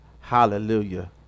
Hallelujah